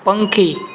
પંખી